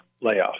layoff